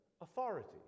authority